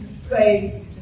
say